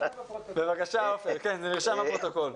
זה נרשם בפרוטוקול.